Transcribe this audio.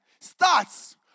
starts